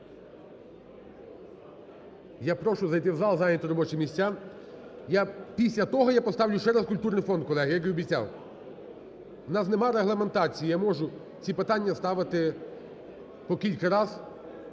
я прошу зайти в зал, зайняти робочі місця. Після того я поставлю ще раз культурний фонд, колеги, як і обіцяв. У нас нема регламентації, я можу ці питання ставити по кілька раз.